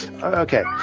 Okay